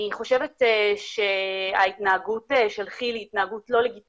אני חושבת שההתנהגות של כי"ל אינה לגיטימית.